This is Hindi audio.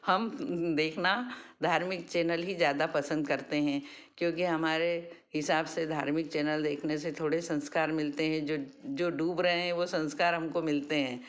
हम देखना धार्मिक चैनल ही ज़्यादा पसंद करते हैं क्योंकि हमारे हिसाब से धार्मिक चैनल देखने से थोड़े संस्कार मिलते हैं जो जो डूब रहे हैं वह संस्कार हमको मिलते हैं